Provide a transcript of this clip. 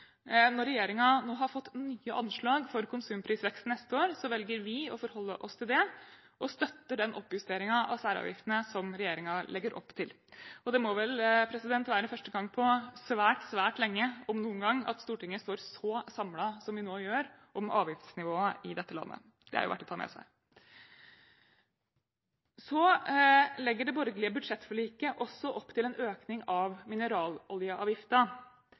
Når regjeringen nå har fått nye anslag for konsumprisveksten neste år, velger vi å forholde oss til det og støtter den oppjusteringen av særavgiftene som regjeringen legger opp til. Og det må vel være første gang på svært, svært lenge – om noen gang – at Stortinget står så samlet, som vi nå gjør, om avgiftsnivået i dette landet. Det er jo verdt å ta med seg. Så legger det borgerlige budsjettforliket også opp til en økning av